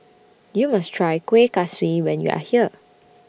YOU must Try Kueh Kaswi when YOU Are here